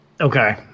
okay